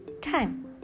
time